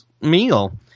meal